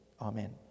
Amen